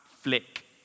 flick